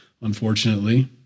unfortunately